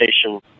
station